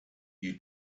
you